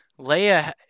Leia